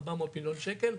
ארבע מאות מיליון שקל,